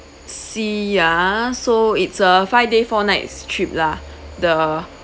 see yeah so it's a five day four nights trip lah the